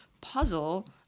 puzzle